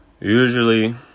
usually